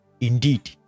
indeed